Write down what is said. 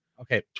Okay